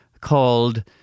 called